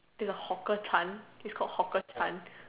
there's a hawker Chan it's called hawker Chan